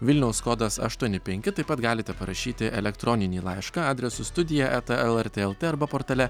vilniaus kodas aštuoni penki taip pat galite parašyti elektroninį laišką adresu studija eta lrt lt arba portale